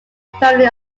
family